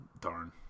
darn